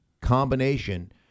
combination